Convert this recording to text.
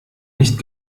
nicht